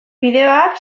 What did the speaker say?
fideoak